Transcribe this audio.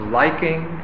liking